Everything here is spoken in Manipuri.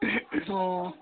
ꯑꯣ ꯑꯗꯨꯗꯤ